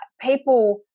People